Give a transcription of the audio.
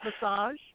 massage